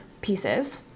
pieces